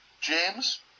james